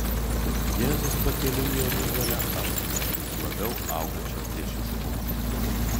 jėzus pakeliui į jeruzalę apsuptas vis labiau augančio priešiškumo